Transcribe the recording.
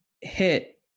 hit